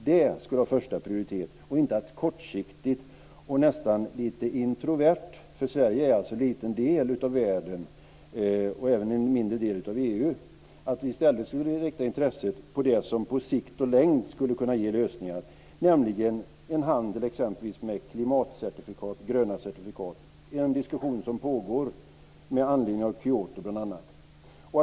Det skulle vara första prioritet och inte att tänka kortsiktigt och nästan lite introvert - för Sverige är en liten del av världen och även en mindre del av EU. Rikta intresset i stället på det som på sikt och längd skulle kunna ge lösningar, nämligen en handel med t.ex. klimatmiljöcertifikat eller gröna certifikat. Det är en diskussion som pågår med anledning av bl.a. Kyotomötet.